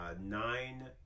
nine